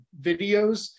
videos